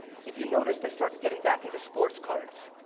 if you noticed, i started getting back into sports cards.